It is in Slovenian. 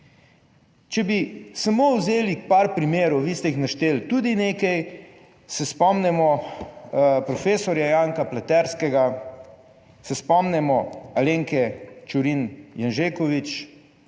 Če bi samo vzeli par primerov, vi ste jih našteli tudi nekaj, se spomnimo profesorja Janka Pleterskega, se spomnimo Alenke Čurin Janžekovič,